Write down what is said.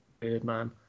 Birdman